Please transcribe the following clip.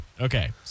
Okay